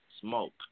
smoke